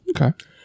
okay